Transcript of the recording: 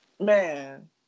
Man